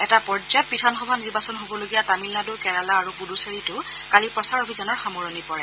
এটা পৰ্যায়ত বিধানসভা নিৰ্বাচন হ'বলগীয়া তামিলনাডু কেৰালা আৰু পুডুচেৰীটো কালি প্ৰচাৰ অভিযানৰ সামৰণি পৰে